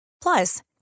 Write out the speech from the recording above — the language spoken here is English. Plus